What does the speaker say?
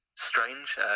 strange